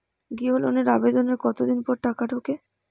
গৃহ লোনের আবেদনের কতদিন পর টাকা ঢোকে?